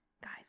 Guys